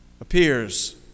appears